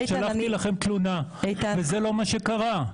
שלחתי לכם תלונה וזה לא מה שקרה.